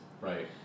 Right